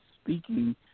speaking